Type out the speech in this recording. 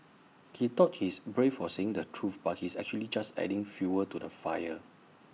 he thought he's brave for saying the truth but he's actually just adding fuel to the fire